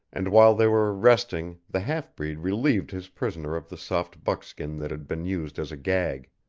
and while they were resting the half-breed relieved his prisoner of the soft buckskin that had been used as a gag.